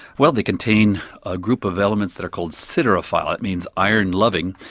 well, they contain a group of elements that are called siderophile, it means iron loving,